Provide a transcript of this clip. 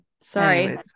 Sorry